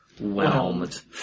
whelmed